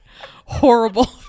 horrible